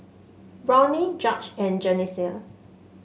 Ronny George and Jessenia